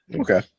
Okay